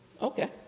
Okay